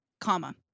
Comma